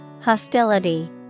Hostility